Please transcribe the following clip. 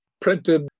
printed